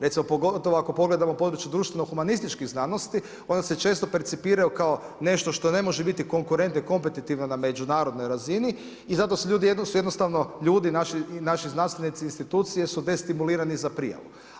Recimo, pogotovo ako pogledamo područje društveno humanističkih znanosti, oni se često percipiraju, nešto što ne može biti konkurentni, kompetitivno na međunarodnoj razini i zato su ljudi jednostavno, ljudi naši znanstvenici i institucije su destimulirani za prijavu.